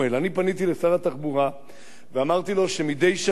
אני פניתי לשר התחבורה ואמרתי לו שמדי שנה,